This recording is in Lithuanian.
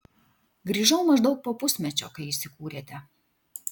grįžau maždaug po pusmečio kai įsikūrėte